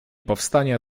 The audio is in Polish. powstania